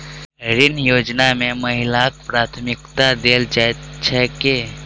ऋण योजना मे महिलाकेँ प्राथमिकता देल जाइत छैक की?